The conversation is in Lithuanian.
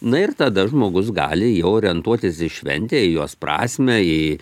na ir tada žmogus gali jau orientuotis į šventę į jos prasmę į